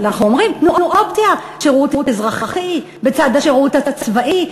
אבל אנחנו אומרים: תנו אופציה לשירות אזרחי בצד השירות הצבאי.